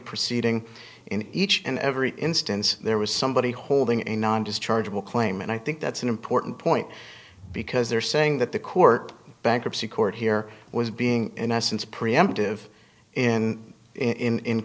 proceeding in each and every instance there was somebody holding a non dischargeable claim and i think that's an important point because they're saying that the court bankruptcy court here was being in essence a preemptive in in